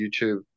YouTube